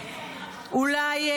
אולי: